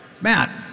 Matt